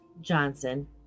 Johnson